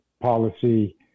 policy